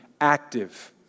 active